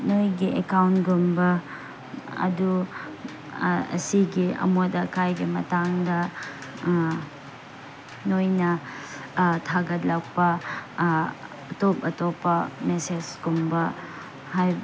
ꯅꯣꯏꯒꯤ ꯑꯦꯛꯀꯥꯎꯟꯒꯨꯝꯕ ꯑꯗꯨ ꯑꯁꯤꯒꯤ ꯑꯃꯣꯠ ꯑꯀꯥꯏꯒꯤ ꯃꯇꯥꯡꯗ ꯅꯣꯏꯅ ꯊꯥꯒꯠꯂꯛꯄ ꯑꯇꯣꯞ ꯑꯇꯣꯞꯄ ꯃꯦꯁꯦꯁꯀꯨꯝꯕ